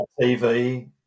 TV